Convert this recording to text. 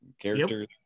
characters